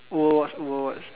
Overwatch Overwatch